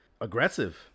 aggressive